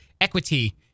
equity